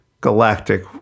galactic